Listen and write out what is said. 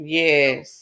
yes